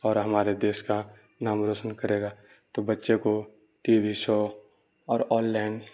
اور ہمارے دیش کا نام روشن کرے گا تو بچے کو ٹی وی شو اور آن لائن